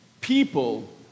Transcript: People